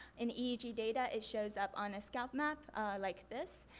in eeg data it shows up on a scalp map like this.